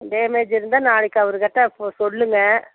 damage இருந்தால் நாளைக்கு அவர்க்கிட்ட சொல்லுங்கள்